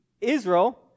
Israel